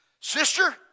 Sister